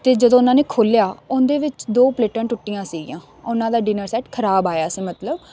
ਅਤੇ ਜਦੋਂ ਉਹਨਾਂ ਨੇ ਖੋਲ੍ਹਿਆ ਉਹਦੇ ਵਿੱਚ ਦੋ ਪਲੇਟਾਂ ਟੁੱਟੀਆਂ ਸੀਗੀਆਂ ਉਹਨਾਂ ਦਾ ਡਿਨਰ ਸੈਟ ਖਰਾਬ ਆਇਆ ਸੀ ਮਤਲਬ